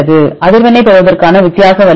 அதிர்வெண்ணைப் பெறுவதற்கான வித்தியாச வழிகள் என்ன